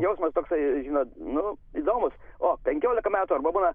jausmas toksai žinot nu įdomus o penkiolika metų arba būna